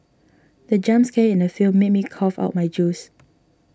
the jump scare in the film made me cough out my juice